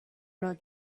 not